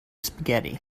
spaghetti